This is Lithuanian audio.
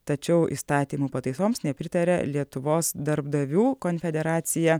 tačiau įstatymo pataisoms nepritaria lietuvos darbdavių konfederacija